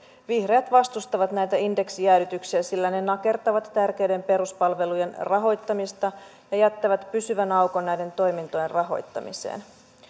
vihreät vastustavat näitä indeksijäädytyksiä sillä ne ne nakertavat tärkeiden peruspalvelujen rahoittamista ja jättävät pysyvän aukon näiden toimintojen rahoittamiseen